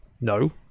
no